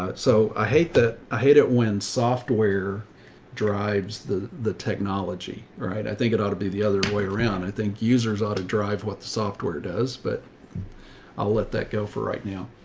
ah so i hate that. i hate it when software drives the the technology, right. i think it ought to be the other way around. i think users ought to drive what the software does, but i'll let that go for right now.